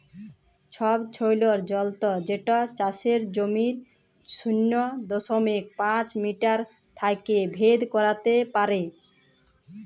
ছবছৈলর যলত্র যেট চাষের জমির শূন্য দশমিক পাঁচ মিটার থ্যাইকে ভেদ ক্যইরতে পারে